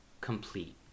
complete